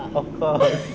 of course